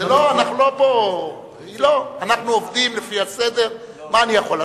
אנחנו עובדים לפי הסדר, מה אני יכול לעשות?